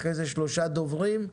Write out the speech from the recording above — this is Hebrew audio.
עוד שלושה דוברים,